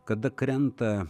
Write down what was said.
kada krenta